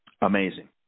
amazing